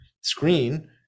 screen